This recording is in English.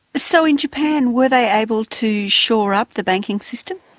so in japan, were they able to shore up the banking system?